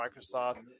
microsoft